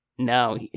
No